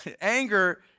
Anger